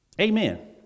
Amen